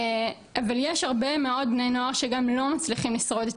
אבל יש הרבה מאוד בני נוער שגם לא מצליחים לשרוד את